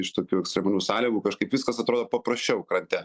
iš tokių ekstremalių sąlygų kažkaip viskas atrodo paprasčiau krante